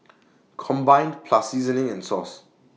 combined plus seasoning and sauce